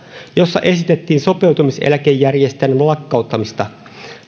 jossa esitettiin sopeutumiseläkejärjestelmän lakkauttamista